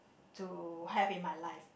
to have in my life